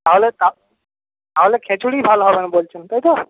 তাহলে তাহলে খিচুড়িই ভালো হবে বলছেন তাই তো